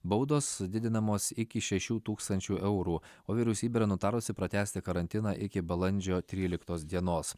baudos didinamos iki šešių tūkstančių eurų o vyriausybė yra nutarusi pratęsti karantiną iki balandžio tryliktos dienos